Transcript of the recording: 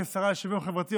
כשרה לשוויון חברתי,